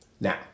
Now